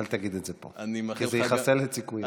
אל תגיד את זה פה, כי זה יחסל את סיכויי.